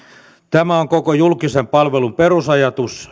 tämä on koko julkisen palvelun perusajatus